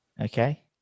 Okay